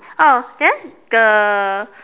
oh then the